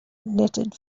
knitted